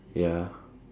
ya